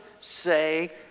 say